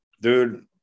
Dude